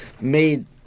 made